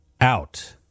out